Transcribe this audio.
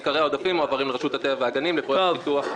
עיקרי העודפים מועברים לרשות הטבע והגנים לפרויקט פיתוח.